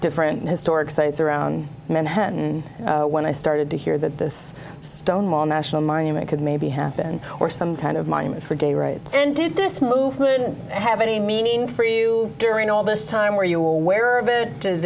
different historic sites around manhattan when i started to hear that this stone wall national monument could maybe happen or some kind of mine for gay rights and did this movement have any meaning for you during all this time were you aware of it